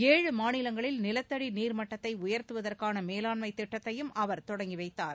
ஏழு மாநிலங்களில் நிலத்தடி நீர்மட்டத்தை உயர்த்துவதற்கான மேலாண்மை திட்டத்தையும் அவர் தொடங்கிவைத்தார்